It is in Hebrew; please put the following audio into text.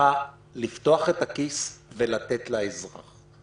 צריכה לפתוח את הכיס ולתת לאזרח.